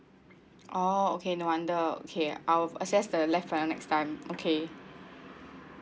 oh okay no wonder okay I'll access the left panel next time okay